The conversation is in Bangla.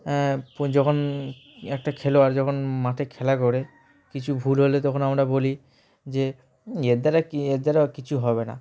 প যখন একটা খেলোয়াড় যখন মাঠে খেলা করে কিছু ভুল হলে তখন আমরা বলি যে এর দ্বারা কি এর দ্বারা কিছু হবে না